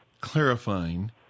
clarifying